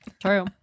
True